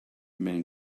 man